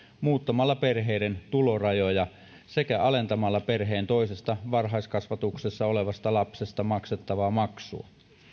muuttamalla perheiden tulorajoja sekä alentamalla perheen toisesta varhaiskasvatuksessa olevasta lapsesta maksettavaa maksua